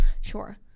Sure